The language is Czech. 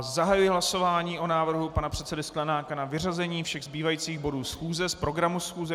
Zahajuji hlasování o návrhu pana předsedy Sklenáka na vyřazení všech zbývajících bodů schůze z programu schůze.